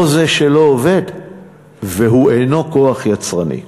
לא זה שלא עובד והוא אינו כוח יצרני.